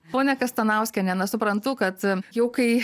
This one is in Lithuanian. ponia kastanauskiene na suprantu kad jau kai